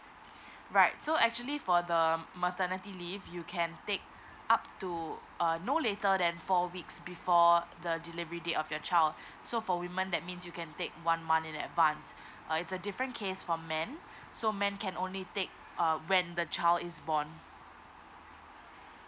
right so actually for the maternity leave you can take up to uh no later than four weeks before the delivery date of your child so for women that means you can take one month in advance uh it's a different case for men so men can only take uh when the child is born